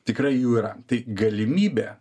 tikrai jų yra tai galimybė